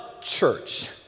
church